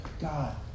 God